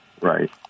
Right